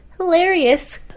Hilarious